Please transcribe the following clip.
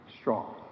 strong